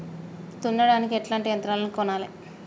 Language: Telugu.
దున్నడానికి ఎట్లాంటి యంత్రాలను కొనాలే?